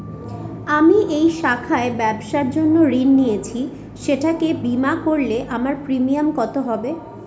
আমি এই শাখায় ব্যবসার জন্য ঋণ নিয়েছি সেটাকে বিমা করলে আমার প্রিমিয়াম কত হবে?